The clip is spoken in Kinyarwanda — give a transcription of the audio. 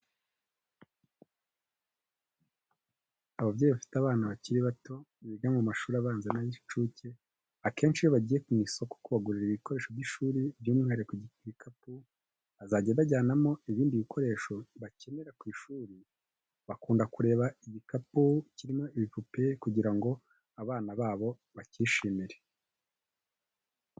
Ababyeyi bafite abana bakiri bato biga mu mashuri abanza n'ay'inshuke, akenshi iyo bagiye mu isoko kubagurira ibikoresho by'ishuri by'umwuhariko igikapu bazajya bajyanamo ibindi bikoresho bakenera ku ishuri, bakunda kureba igikapu kiriho ibipupe kugira ngo abana babo bacyishimire.